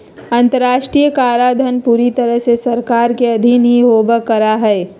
अन्तर्राष्ट्रीय कराधान पूरी तरह से सरकार के अधीन ही होवल करा हई